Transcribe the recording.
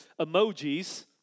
emojis